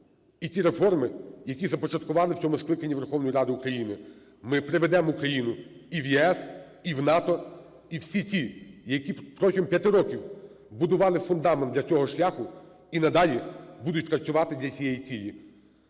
і ті реформи, які започаткували в цьому скликанні Верховної Ради України. Ми приведемо Україну і в ЄС, і в НАТО, і всі ті, які протягом 5 років будували фундамент для цього шляху, і надалі будуть працювати для цієї цілі.